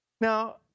Now